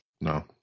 no